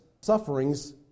sufferings